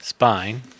Spine